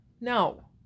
No